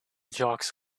jocks